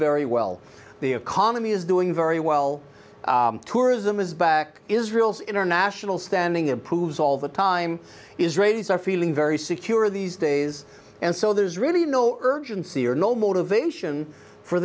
very well the economy is doing very well tourism is back israel's international standing improves all the time israelis are feeling very secure these days and so there's really no urgency or no motivation for